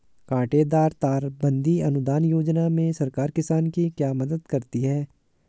कांटेदार तार बंदी अनुदान योजना में सरकार किसान की क्या मदद करती है?